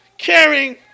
Caring